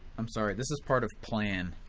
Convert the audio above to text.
i'm sorry, this is part of plan.